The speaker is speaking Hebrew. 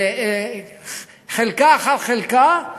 חלקה אחר חלקה,